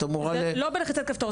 זה לא בלחיצת כפתור,